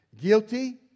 Guilty